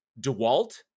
dewalt